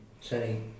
sorry